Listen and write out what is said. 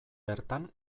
bertan